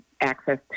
access